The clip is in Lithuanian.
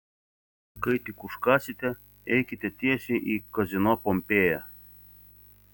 kai tik užkąsite eikite tiesiai į kazino pompėja